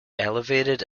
elevated